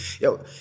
Yo